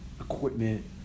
equipment